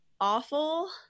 awful